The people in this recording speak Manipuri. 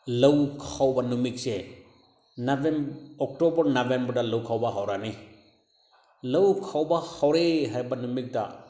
ꯂꯧ ꯈꯥꯎꯕ ꯅꯨꯃꯤꯠꯁꯦ ꯑꯣꯛꯇꯣꯕꯔ ꯅꯕꯦꯝꯕꯔꯗ ꯂꯧ ꯈꯥꯎꯕ ꯍꯧꯔꯅꯤ ꯂꯧ ꯈꯥꯎꯕ ꯍꯧꯔꯦ ꯍꯥꯏꯕ ꯅꯨꯃꯤꯠꯇ